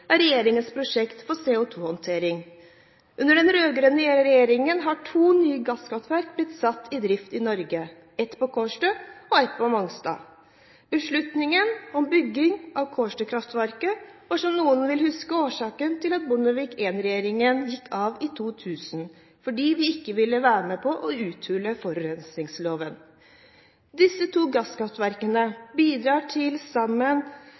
er regjeringens prosjekter for CO2-håndtering. Under den rød-grønne regjeringen har to nye gasskraftverk blitt satt i drift i Norge – et på Kårstø og et på Mongstad. Beslutningen om bygging av Kårstø-kraftverket var, som noen vil huske, årsaken til at Bondevik I-regjeringen gikk av i 2000, fordi vi ikke ville være med på å uthule forurensningsloven. Disse to gasskraftverkene bidrar til sammen